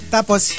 Tapos